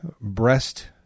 breast